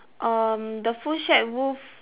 um the food shack roof